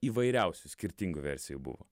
įvairiausių skirtingų versijų buvo